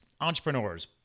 entrepreneurs